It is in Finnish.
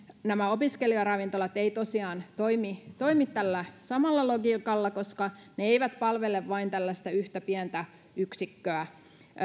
nämä opiskelijaravintolat eivät tosiaan toimi toimi tällä samalla logiikalla koska ne eivät palvele vain tällaista yhtä pientä yksikköä